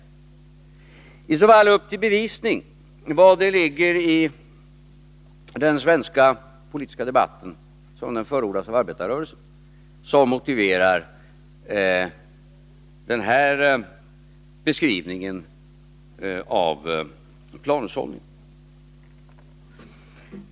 Om det är så, bör Lars Tobisson bevisa vad det är i den svenska politiska debatten, som den förordas av arbetarrörelsen, som motiverar denna beskrivning av planhushållning.